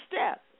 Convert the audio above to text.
step